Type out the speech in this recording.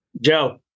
Joe